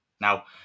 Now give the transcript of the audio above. Now